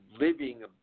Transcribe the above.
living